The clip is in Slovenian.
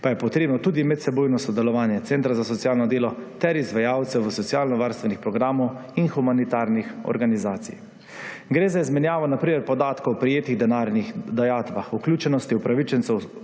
pa je potrebno tudi medsebojno sodelovanje centra za socialno delo ter izvajalcev socialnovarstvenih programov in humanitarnih organizacij. Gre za izmenjavo na primer podatkov o prejetih denarnih dajatvah, vključenosti upravičencev